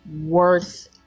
worth